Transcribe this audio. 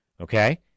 okay